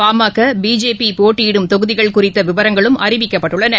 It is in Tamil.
பாமக பிஜேபிபோட்டியிடும் தொகுதிகள் குறித்தவிவரங்களும் அறிவிக்கப்பட்டுள்ளன